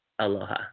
Aloha